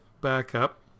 backup